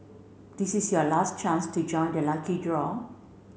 this is your last chance to join the lucky draw